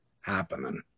happening